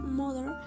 mother